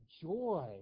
joy